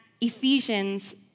Ephesians